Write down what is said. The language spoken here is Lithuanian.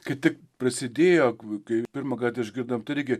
kai tik prasidėjo kai pirmą kartą išgirdom turi gi